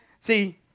See